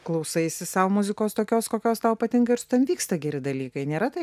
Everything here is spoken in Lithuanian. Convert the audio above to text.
klausaisi sau muzikos tokios kokios tau patinka ir su tavim vyksta geri dalykai nėra taip